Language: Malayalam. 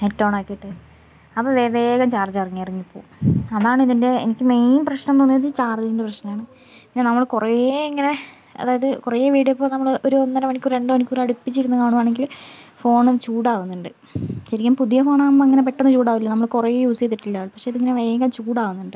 നെറ്റ് ഓൺ ആക്കിയിട്ട് അപ്പം വേഗം ചാർജ് ഇറങ്ങി ഇറങ്ങിപ്പോവും അതാണ് ഇതിൻ്റെ എനിക്ക് മെയിൻ പ്രശ്നം എന്നു തോന്നിയത് ചാർജിൻ്റെ പ്രശ്നമാണ് പിന്നെ നമ്മൾ കുറേ ഇങ്ങനെ അതായത് കുറേ വീഡിയോ ഇപ്പോൾ നമ്മൾ ഒരു ഒന്നര മണിക്കൂർ രണ്ട് മണിക്കൂർ അടുപ്പിച്ച് ഇരുന്ന് കാണുകയാണെങ്കിൽ ഫോൺ ഒന്ന് ചൂടാകുന്നുണ്ട് ശരിക്കും പുതിയ ഫോൺ ആകുമ്പോൾ അങ്ങനെ പെട്ടന്ന് ചൂടാകില്ല നമ്മൾ കുറേ യൂസ് ചെയ്തിട്ടില്ല പക്ഷെ ഇത് ഇങ്ങനെ വേഗം ചൂടാകുന്നുണ്ട്